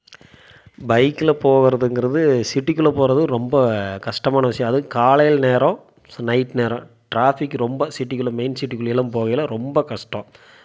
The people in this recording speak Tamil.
பைக்கில் போகிறதுங்குறது சிட்டிக்குள்ளே போகிறது ரொம்ப கஷ்டமான விஷயம் அதுவும் காலை நேரம் நைட் நேரம் ட்ராபிக் ரொம்ப சிட்டிக்குள்ளே மெயின் சிட்டிக்குள்ளே எல்லாம் போகயில ரொம்ப கஷ்டம்